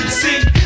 see